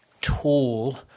tool